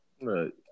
Look